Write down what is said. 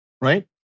right